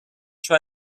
try